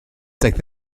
daeth